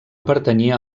pertanyia